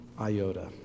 iota